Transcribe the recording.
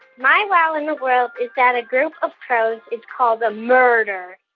my wow in the world is that a group of crows is called a murder.